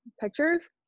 pictures